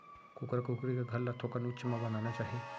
कुकरा कुकरी के घर ल थोकन उच्च म बनाना चाही